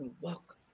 Welcome